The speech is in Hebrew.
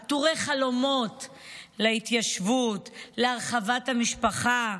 עטורי חלומות להתיישבות, להרחבת המשפחה.